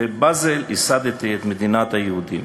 בבאזל ייסדתי את מדינת היהודים.